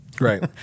Right